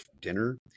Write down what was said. dinner